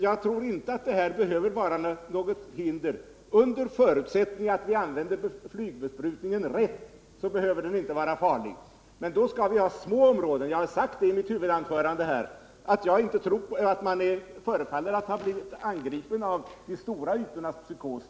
Jag tror inte att flygbesprutning behöver vara farlig, under förutsättning att man använder den rätt. Men då skall det vara fråga om små områden. Jag sade i mitt huvudanförande att man förefaller ha blivit angripen av de stora ytornas psykos.